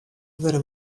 wurde